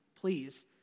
please